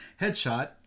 headshot